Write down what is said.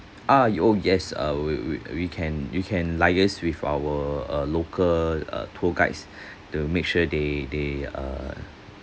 ah oh yes uh we we we can we can liase with our uh local uh tour guides to make sure they they uh